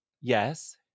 Yes